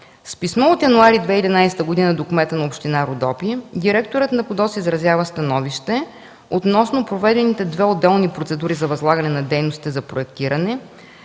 С писмо от януари 2011 г. до кмета на община Родопи директорът на ПУДООС изразява становище относно проведените две отделни процедури за възлагане на дейности за проектиране,